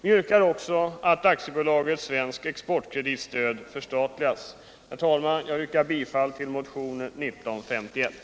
Vi yrkar också att AB Svensk Exportkredit förstatligas. Herr talman! Jag yrkar bifall till motionen 1951.